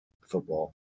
football